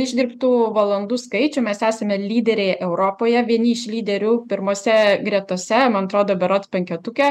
išdirbtų valandų skaičių mes esame lyderiai europoje vieni iš lyderių pirmose gretose man atrodo berods penketuke